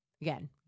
Again